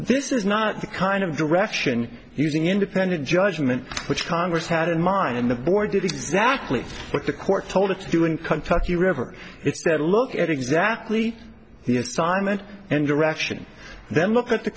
this is not the kind of direction using independent judgment which congress had in mind in the board did exactly what the court told it to do in kentucky river it's there to look at exactly the assignment and direction then look at the